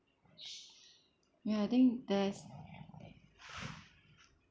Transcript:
ya I think there's